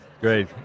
Great